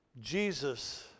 Jesus